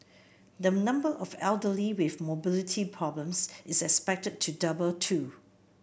the number of elderly with mobility problems is expected to double too